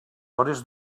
hores